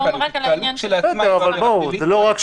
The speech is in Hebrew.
התקהלות כשלעצמה היא לא עבירה פלילית.